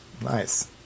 Nice